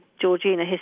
Georgina